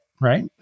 right